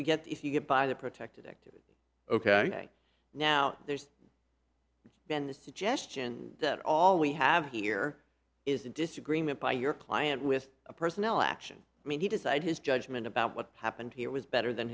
we get if you get by the protected ok now there's been the suggestion that all we have here is a disagreement by your client with a personal action i mean he decided his judgment about what happened he was better than